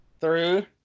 Three